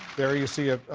there you see it,